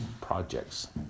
projects